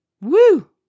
Woo